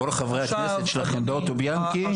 כל חברי הכנסת שלכם באוטוביאנקי,